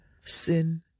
Sin